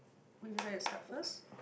would you like to start first